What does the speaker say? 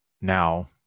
now